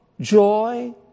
joy